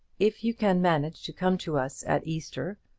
if you can manage to come to us at easter,